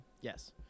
Yes